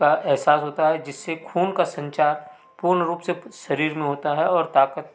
का अहसास होता है जिससे खून का संचार पूर्ण रूप से शरीर में होता है और ताकत